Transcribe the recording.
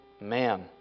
man